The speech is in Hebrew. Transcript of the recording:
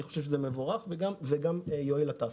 אני חושב שזה מבורך ויועיל לתעשייה.